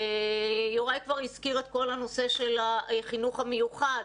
יוראי כבר הזכיר את כל הנושא של החינוך המיוחד.